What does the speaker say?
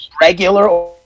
Regular